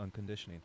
unconditioning